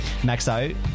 Maxo